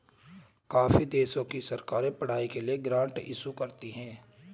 काफी देशों की सरकार पढ़ाई के लिए ग्रांट इशू करती है